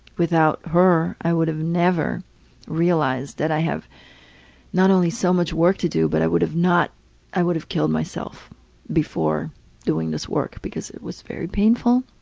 without her i would have never realized that i have not only so much work to do but i would have not i would have killed myself before doing this work. because it was very painful.